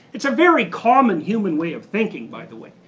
it's a very common human way of thinking, by the way.